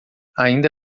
ainda